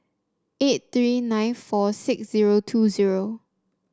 eight three nine four six zero two zero